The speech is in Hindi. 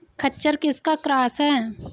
खच्चर किसका क्रास है?